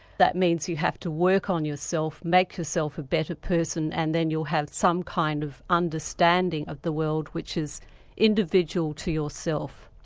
that means you have to work on yourself, make yourself a better person and then you'll have some kind of understanding of the world which is individual to yourself.